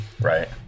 right